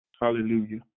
Hallelujah